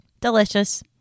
Delicious